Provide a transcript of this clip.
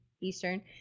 Eastern